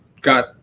got